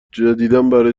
جدیدابرای